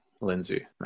lindsey